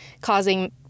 causing